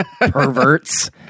Perverts